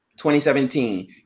2017